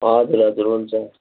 हजुर हजुर हुन्छ